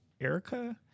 Erica